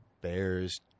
Bears